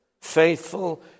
Faithful